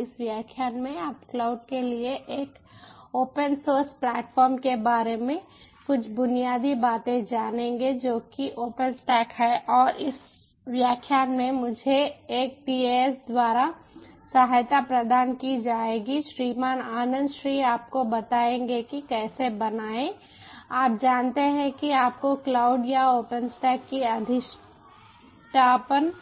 इस व्याख्यान में आप क्लाउड के लिए एक ओपन सोर्स प्लेटफॉर्म के बारे में कुछ बुनियादी बातें जानेंगे जो कि ओपनस्टैक है और इस व्याख्यान में मुझे एक TAs द्वारा सहायता प्रदान की जाएगी श्रीमान आनंद श्री आपको बताएंगे कि कैसे बनाएं आप जानते हैं कि आपको क्लाउड या ओपनस्टैक की अधिष्ठापन